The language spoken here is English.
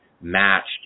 matched